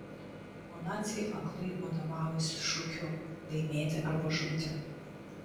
o naciai aklai vadovavosi šūkiu laimėti arba žūti